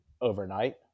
overnight